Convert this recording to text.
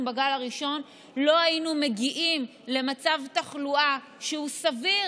בגל הראשון לא היינו מגיעים למצב תחלואה שהוא סביר